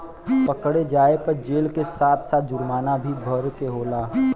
पकड़े जाये पे जेल के साथ साथ जुरमाना भी भरे के होला